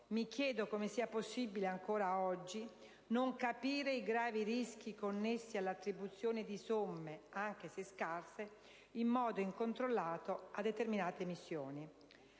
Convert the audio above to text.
Mi chiedo come sia possibile, ancora oggi, non capire i gravi rischi connessi all'attribuzione di somme, anche se scarse, in modo incontrollato, a determinate missioni.